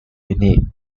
unique